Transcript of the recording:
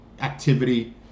activity